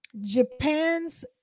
Japan's